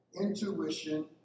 intuition